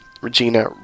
Regina